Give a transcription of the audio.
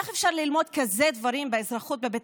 איך אפשר ללמוד כאלה דברים באזרחות בבית